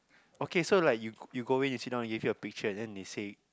okay so like you you go in you sit down they give you a picture and then they say